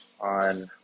on